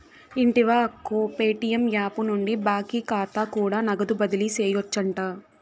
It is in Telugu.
వింటివా అక్కో, ప్యేటియం యాపు నుండి బాకీ కాతా కూడా నగదు బదిలీ సేయొచ్చంట